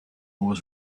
was